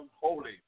holy